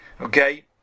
okay